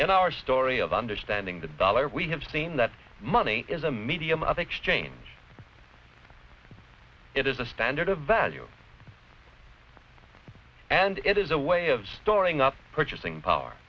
and our story of understanding the dollar we have seen that money is a medium of exchange it is a standard of value and it is a way of storing up purchasing power